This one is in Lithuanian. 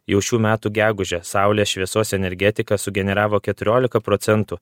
jau šių metų gegužę saulės šviesos energetika sugeneravo keturiolika procentų